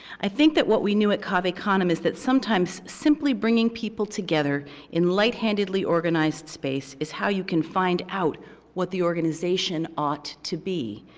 i think that what we knew at cave canem is that sometimes simply bringing people together in light handedly organized space is how you can find out what the organization ought to be.